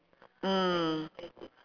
mm